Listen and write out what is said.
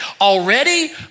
already